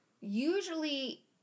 usually